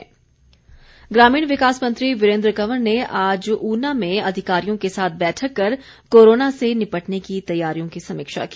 वीरेन्द्र कंवर ग्रामीण विकास मंत्री वीरेन्द्र कंवर ने आज ऊना में अधिकारियों के साथ बैठक कर कोरोना से निपटने की तैयारियों की समीक्षा की